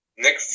Nick